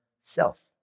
self